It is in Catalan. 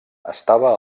estava